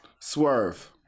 Swerve